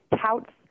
touts